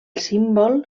símbol